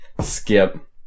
Skip